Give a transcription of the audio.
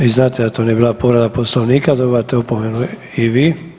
Vi znate da to nije bila povreda poslovnika, dobivate opomenu i vi.